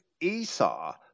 Esau